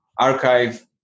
archive